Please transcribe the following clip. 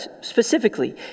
specifically